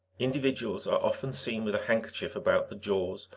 individuals are often seen with a handkerchief about the jaws,